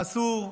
מה אסור,